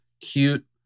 cute